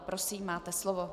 Prosím, máte slovo.